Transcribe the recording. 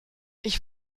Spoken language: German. ich